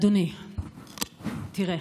אדוני, תראה,